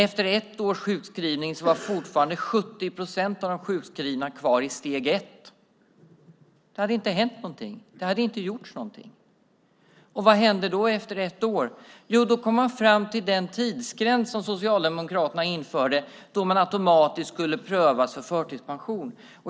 Efter ett års sjukskrivning var fortfarande 70 procent av de sjukskrivna kvar i steg ett. Det hade inte hänt någonting. Det hade inte gjorts någonting. Vad hände efter ett år? Då kom man fram till den tidsgräns som Socialdemokraterna införde då man automatiskt skulle prövas för förtidspension.